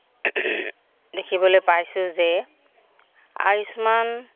দেখিবলৈ পাইছোঁ যে আয়ুষ্মান